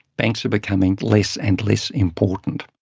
banks are becoming less and less important.